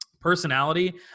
personality